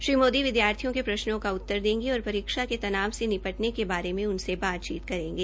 श्री मोदी विद्यार्थियों के प्रश्नों का उत्तर देंगे और परीक्षा के तनाव से निपटने के बारे में उनसे बातचीत करेंगे